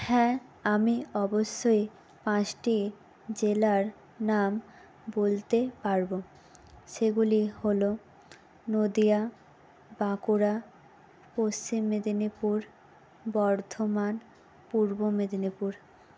হ্যাঁ আমি অবশ্যই পাঁচটি জেলার নাম বলতে পারব সেগুলি হল নদিয়া বাঁকুড়া পশ্চিম মেদিনীপুর বর্ধমান পূর্ব মেদিনীপুর